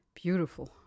Beautiful